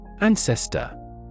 Ancestor